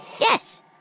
Yes